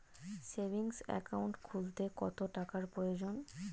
Savings account খুলতে কত টাকার প্রয়োজন?